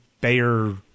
Bayer